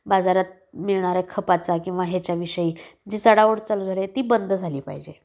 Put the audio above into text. बाजारात मिळणाऱ्या खपाचा किंवा ह्याच्याविषयी जी चढाओढ चालू झाली आहे ती बंद झाली पाहिजे